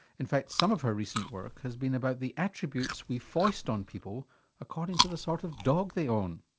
in fact some of her recent work has been about the attributes we foist on people according to the sort of dog they own.